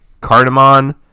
cardamom